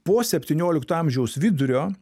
po septyniolikto amžiaus vidurio